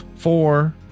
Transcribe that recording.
Four